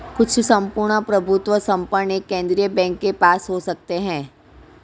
कुछ सम्पूर्ण प्रभुत्व संपन्न एक केंद्रीय बैंक के पास हो सकते हैं